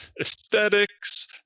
aesthetics